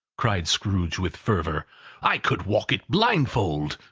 cried scrooge with fervour i could walk it blindfold.